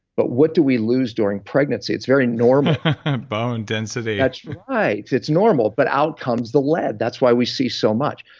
but what do we lose during pregnancy? it's very normal bone density that's right. it's it's normal, but out comes the lead. that's why we see so much,